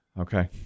Okay